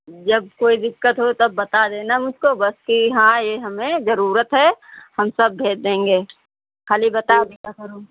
जब कोई दिक्कत हो तब बता देना मुझको बस कि हाँ ये हमें जरूरत है हम सब भेज देंगे खाली बता दिया करो